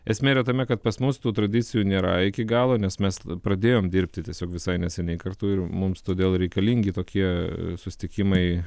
esmė yra tame kad pas mus tų tradicijų nėra iki galo nes mes pradėjom dirbti tiesiog visai neseniai kartu ir mums todėl reikalingi tokie susitikimai